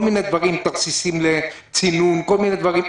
כל הדברים, תרסיסים לצינון, כל מיני דברים.